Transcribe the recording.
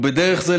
ובדרך זו,